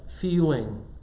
feeling